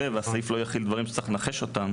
והסעיף לא יכיל דברים שצריך לנחש אותם.